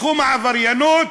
תחום העבריינות,